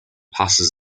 passes